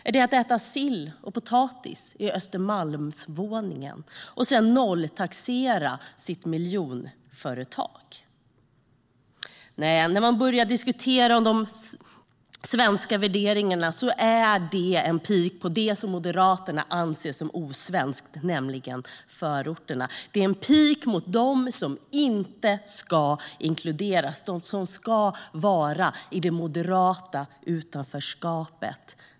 Är det att äta sill och potatis i Östermalmsvåningen och sedan nolltaxera sitt miljonföretag? De svenska värderingarna är en pik mot det som Moderaterna anser som osvenskt, nämligen förorterna. De är en pik mot dem som inte ska inkluderas, mot dem som ska vara i det moderata utanförskapet.